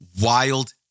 wild